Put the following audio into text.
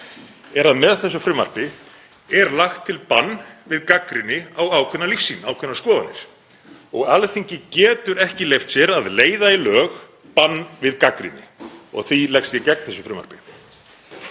er að með þessu frumvarpi er lagt til bann við gagnrýni á ákveðna lífssýn, ákveðnar skoðanir. Alþingi getur ekki leyft sér að leiða í lög bann við gagnrýni. Því leggst ég gegn þessu frumvarpi.